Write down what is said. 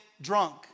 drunk